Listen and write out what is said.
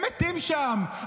הם מתים שם,